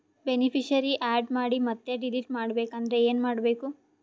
Beneficiary, add ಮಾಡಿ ಮತ್ತೆ delete ಮಾಡಬೇಕೆಂದರೆ ಏನ್ ಮಾಡಬೇಕು?